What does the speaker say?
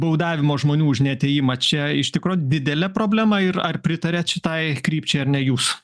baudavimo žmonių už neatėjimą čia iš tikro didelė problema ir ar pritariat šitai krypčiai ar ne jūs